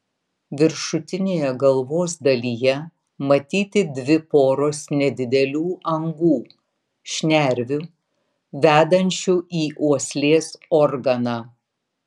viršutinėje galvos dalyje matyti dvi poros nedidelių angų šnervių vedančių į uoslės organą